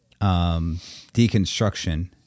deconstruction